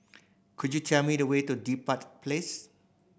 could you tell me the way to Dedap Place